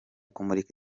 kumurika